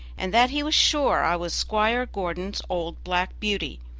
and that he was sure i was squire gordon's old black beauty.